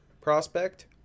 prospect